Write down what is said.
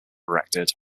erected